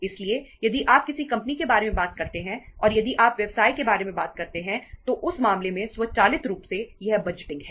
इसलिए यदि आप किसी कंपनी के बारे में बात करते हैं और यदि आप व्यवसाय के बारे में बात करते हैं तो उस मामले में स्वचालित रूप से यह बजटिंग है